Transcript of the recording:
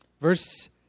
Verse